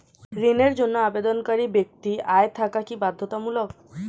ঋণের জন্য আবেদনকারী ব্যক্তি আয় থাকা কি বাধ্যতামূলক?